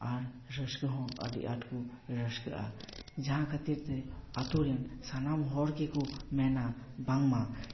ᱟᱨ ᱨᱟᱹᱥᱠᱟᱹ ᱦᱚᱸ ᱟᱹᱰᱤ ᱟᱸᱴ ᱠᱚ ᱨᱟᱹᱥᱠᱟᱹᱜᱼᱟ ᱡᱟᱦᱟᱸ ᱠᱷᱟᱹᱛᱤᱨ ᱛᱮ ᱟᱛᱳ ᱨᱮᱱ ᱥᱟᱱᱟᱢ ᱦᱚᱲ ᱜᱮᱠᱚ ᱢᱮᱱᱟ ᱵᱟᱝᱢᱟ